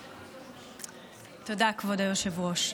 תודה, כבוד היושב-ראש.